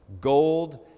gold